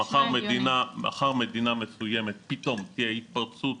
אם מחר במדינה מסוימת פתאום תהיה התפרצות